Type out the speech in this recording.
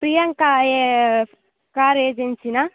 Priyanka car ఏజెన్సీనా